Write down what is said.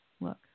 look